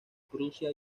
prusia